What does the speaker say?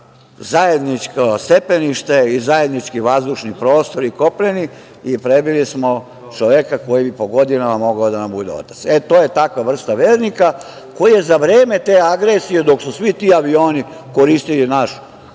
zajedničko stepenište i zajednički vazdušni prostor i kopneni i prebili smo čoveka koji bi po godinama mogao da nam bude otac. E to je takva vrsta vernika koji je za vreme te agresije dok su svi avioni koristili naš,